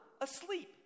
asleep